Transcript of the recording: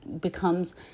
becomes